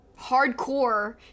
hardcore